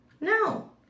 No